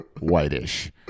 Whitish